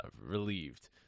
relieved